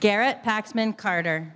garrett paxman carter